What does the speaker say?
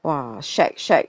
!wah! shag shag